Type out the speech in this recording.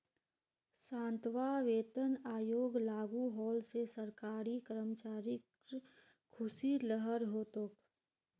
सातवां वेतन आयोग लागू होल से सरकारी कर्मचारिर ख़ुशीर लहर हो तोक